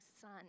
Sun